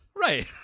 right